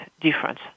difference